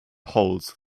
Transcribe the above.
holds